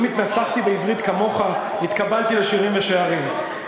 אם התנסחתי בעברית כמוך, התקבלתי ל"שירים ושערים".